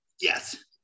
yes